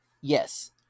Yes